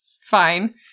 Fine